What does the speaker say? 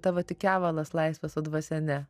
tavo tik kevalas laisvas o dvasia ne